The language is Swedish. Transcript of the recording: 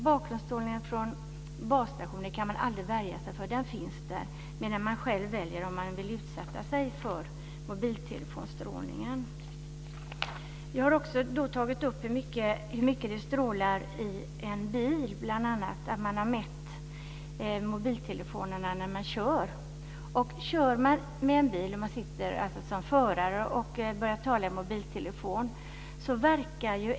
Bakgrundsstrålningen från basstationer kan man aldrig värja sig mot, medan man själv väljer om man vill utsätta sig för mobiltelefonstrålningen. Jag har också tagit upp den höga strålningen från mobiltelefoner i bilar.